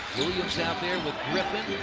williams out there with griffin,